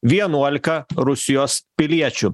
vienuolika rusijos piliečių